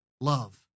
love